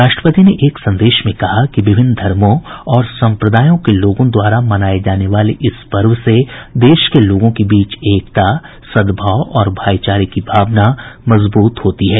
राष्ट्रपति ने एक संदेश में कहा कि विभिन्न धर्मों और संप्रदायों के लोगों द्वारा मनाए जाने वाले इस पर्व से देश के लोगों के बीच एकता सद्भाव और भाईचारे की भावना मजबूत होती है